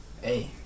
Hey